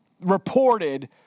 reported